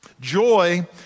Joy